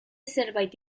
zerbait